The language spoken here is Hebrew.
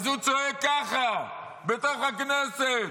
אז הוא צועק ככה, בתוך הכנסת: